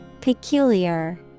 peculiar